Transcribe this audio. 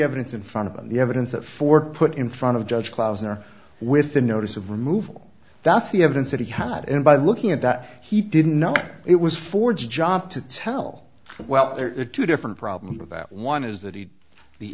evidence in front of the evidence that ford put in front of judge klausner with the notice of removal that's the evidence that he got and by looking at that he didn't know it was forged job to tell well there are two different problems with that one is that he